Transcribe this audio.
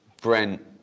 Brent